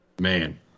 Man